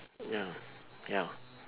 ya ya